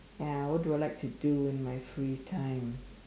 ya what do I like to do in my free time